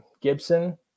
Gibson